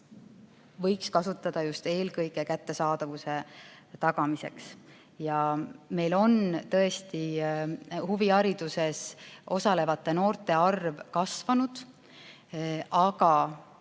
võiks kasutada just eelkõige kättesaadavuse tagamiseks. Meil on tõesti huvihariduses osalevate noorte arv kasvanud. Aga